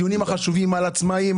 הדיונים החשובים על עצמאים,